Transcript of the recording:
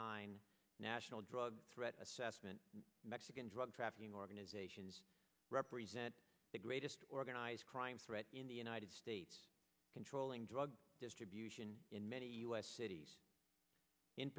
nine national drug threat assessment mexican drug trafficking organizations represent the greatest organized crime threat in the united states controlling drug distribution in many u s cities in